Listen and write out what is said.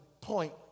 point